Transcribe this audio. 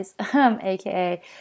AKA